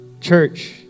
Church